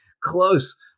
close